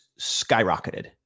skyrocketed